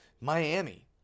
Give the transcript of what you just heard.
Miami